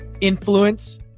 influence